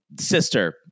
sister